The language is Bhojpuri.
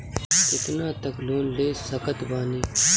कितना तक लोन ले सकत बानी?